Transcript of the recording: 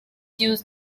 used